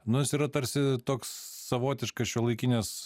nu jos yra tarsi toks savotiškas šiuolaikinės